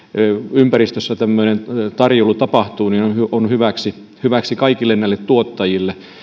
ympäristössä tämmöinen tarjoilu tapahtuu niin se on hyväksi hyväksi kaikille näille tuottajille